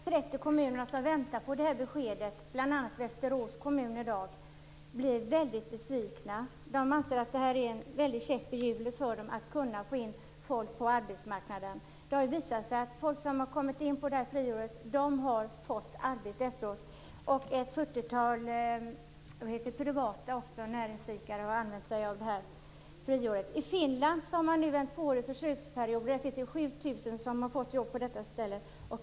Herr talman! De 30 kommuner som i dag väntar på besked, bl.a. Västerås kommun, blir nu väldigt besvikna. De anser att de nuvarande reglerna är en stor käpp i hjulet för dem för att kunna få in människor på arbetsmarknaden. Det har visat sig att människor som har kommit in på arbetsmarknaden genom friåret har fått ett arbete efteråt. Ett fyrtiotal privata näringsidkare har också använt sig av friåret. I Finland har man nu en tvåårig försöksperiod. Där har 7 000 personer fått jobb på detta sätt.